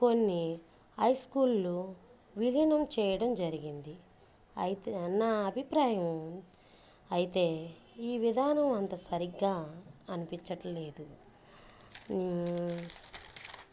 కొన్ని హై స్కూల్లు విలీనం చేయటం జరిగింది అయితే నా అభిప్రాయం అయితే ఈ విధానం అంత సరిగ్గా అనిపించట్లేదు